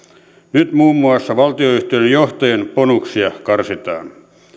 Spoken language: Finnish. nyt muun muassa valtionyhtiöiden johtajien bonuksia karsitaan